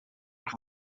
que